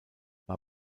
war